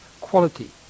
quality